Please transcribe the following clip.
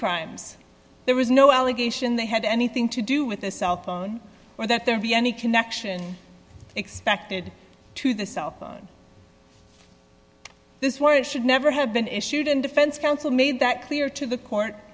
crimes there was no allegation they had anything to do with a cell phone or that there be any connection expected to the cell phone this is why it should never have been issued and defense counsel made that clear to the court